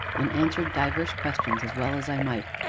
and answered divers questions as well as i might,